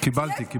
קיבלתי.